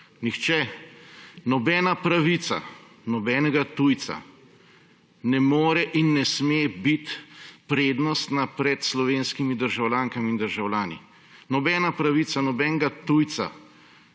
Nihče, nobena pravica nobenega tujca ne more in ne sme biti prednostna pred slovenskimi državljankami in državljani. Nobena pravica nobenega tujca